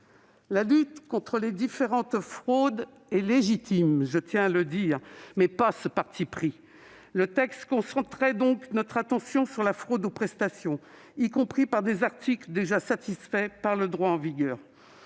la lutte contre les différentes fraudes est légitime, ce parti pris ne l'est pas. Le texte concentre notre attention sur la fraude aux prestations, y compris par des articles déjà satisfaits par le droit en vigueur.